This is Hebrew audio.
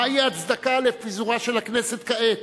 מהי ההצדקה לפיזורה של הכנסת כעת?